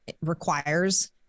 requires